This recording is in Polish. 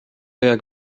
jak